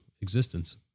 existence